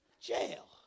jail